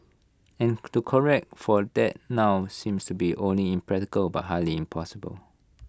and to correct for that now seems not only impractical but highly impossible